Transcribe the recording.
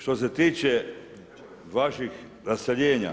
Što se tiče vaših raseljenja.